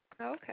Okay